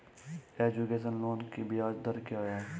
Education loan की ब्याज दर क्या है?